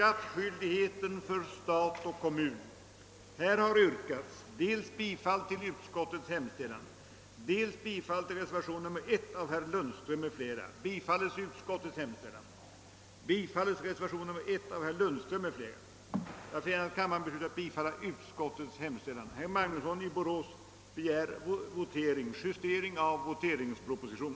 av möjligheterna för gift kvinna till en rimlig avdragsrätt vid inkomsttaxeringen för lön till hembiträde i de fall där hustrun ginge ut i förvärvsarbete;